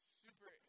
super